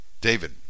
David